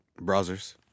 Browsers